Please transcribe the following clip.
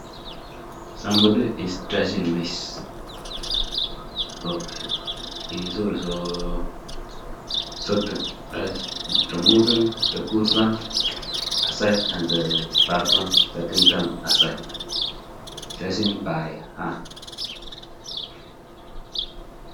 (Somebody is trashing maize pro eh, is alsooo sorting, removing the good ones aside and the bad ons taking them aside , trushing by hand.)